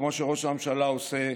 כמו שראש הממשלה עושה,